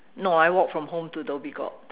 no I walk from home to Dhoby Ghuat